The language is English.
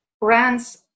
brands